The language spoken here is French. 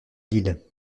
lille